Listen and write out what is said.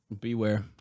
beware